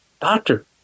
doctor